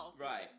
Right